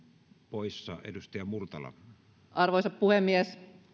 arvoisa puhemies